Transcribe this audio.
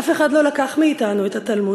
אף אחד לא לקח מאתנו את התלמוד